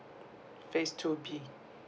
phase two B